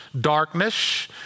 darkness